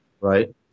right